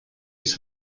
ich